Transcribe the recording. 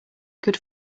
could